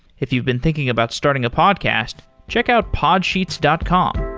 if you've been thinking about starting a podcast, check out podsheets dot com.